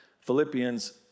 Philippians